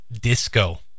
disco